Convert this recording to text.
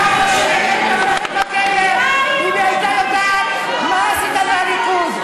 סבתא שלי הייתה מתהפכת בקבר אם היא הייתה יודעת מה עשית מהליכוד.